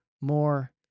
more